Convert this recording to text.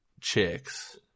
chicks